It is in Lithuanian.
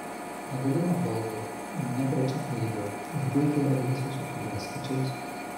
negadina baldų nekrečia eibių ir puikiai elgiasi su pilies svečiais